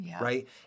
right